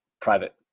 private